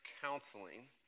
counseling